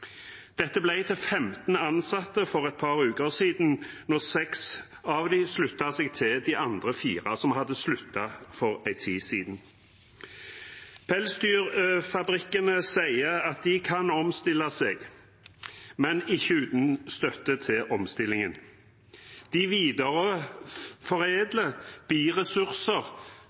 Dette ble til 15 ansatte for et par uker siden, da seks av dem sluttet seg til de andre fire som hadde sluttet for en tid siden. Pelsdyrfabrikkene sier at de kan omstille seg, men ikke uten støtte til omstillingen. De